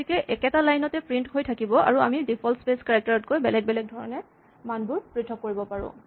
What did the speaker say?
গতিকে একেটা লাইন তে প্ৰিন্ট হৈ থাকিব আৰু আমি ডিফল্ট স্পেচ কেৰেক্টাৰ তকৈ বেলেগ ধৰণে মানবোৰ পৃথক কৰিব পাৰোঁ